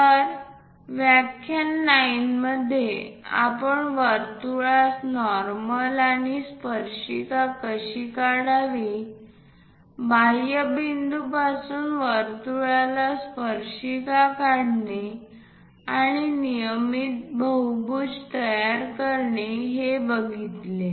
तर व्याख्यान 9 मध्ये आपण वर्तुळास नॉर्मल आणि स्पर्शिका कशी काढावी बाह्य बिंदूपासून वर्तुळाला स्पर्शिका काढणे आणि नियमित बहुभुज तयार करणे हे बघितले